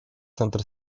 центр